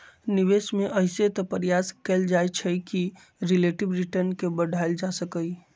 निवेश में अइसे तऽ प्रयास कएल जाइ छइ कि रिलेटिव रिटर्न के बढ़ायल जा सकइ